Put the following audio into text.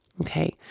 okay